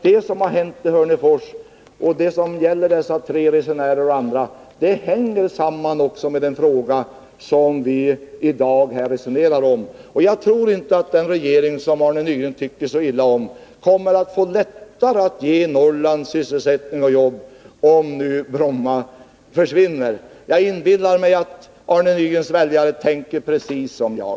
Det som har hänt i Hörnefors och som berör dessa tre resenärer hänger samman med den fråga som vi i dag resonerar om. Jag tror inte att den regering som Arne Nygren tycker så illa om kommer att få det lättare att ge Norrland sysselsättning och jobb, om Bromma försvinner. Jag inbillar mig att Arne Nygrens väljare tänker precis som jag.